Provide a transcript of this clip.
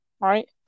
Right